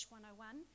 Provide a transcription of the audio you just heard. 101